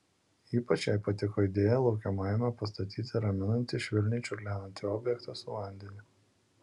ypač jai patiko idėja laukiamajame pastatyti raminantį švelniai čiurlenantį objektą su vandeniu